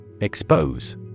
Expose